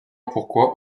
pourquoi